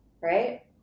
Right